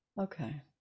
okay